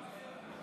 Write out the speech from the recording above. תודה.